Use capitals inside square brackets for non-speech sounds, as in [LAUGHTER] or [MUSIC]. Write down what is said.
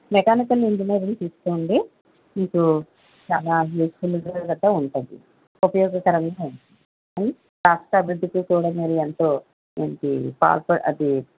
mechanical engineering తీసుకోండి మీకు చాలా యూజ్ఫుల్గా కూడా ఉంటుంది ఉపయోగకరంగా ఉంటుంది రాష్ట్ర అభివృద్ధికి కూడా మీరు ఎంతో మంచి [UNINTELLIGIBLE] అది